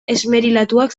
esmerilatuak